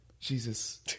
jesus